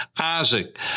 Isaac